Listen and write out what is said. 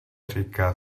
říká